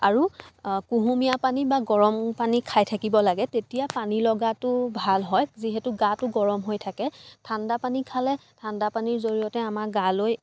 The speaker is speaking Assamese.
আৰু কুহুমীয়া পানী বা গৰম পানী খাই থাকিব লাগে তেতিয়া পানী লগাটো ভাল হয় যিহেতু গাটো গৰম হৈ থাকে ঠাণ্ডা পানী খালে ঠাণ্ডা পানীৰ জৰিয়তে আমাৰ গালৈ